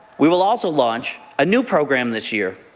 we will also launch a new program this year,